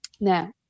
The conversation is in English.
Now